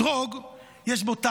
אתרוג, יש בו טעם,